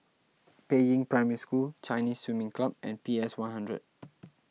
Peiying Primary School Chinese Swimming Club and P S one hundred